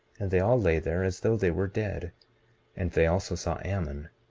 and they all lay there as though they were dead and they also saw ammon,